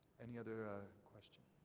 any other questions?